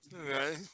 Okay